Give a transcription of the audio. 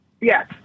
Yes